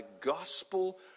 gospel